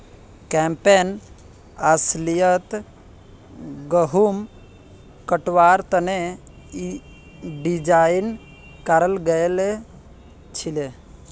campaign अस्लियतत गहुम कटवार तने डिज़ाइन कराल गएल छीले